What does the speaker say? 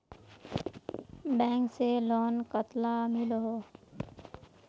Bank से loan कतला मिलोहो?